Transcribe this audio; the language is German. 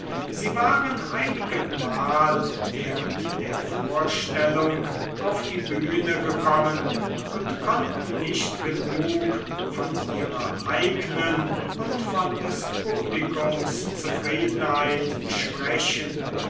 sie waren einigemal während der vorstellung auf die bühne gekommen und konnten nicht genug von ihrer eignen und von des publikums zufriedenheit sprechen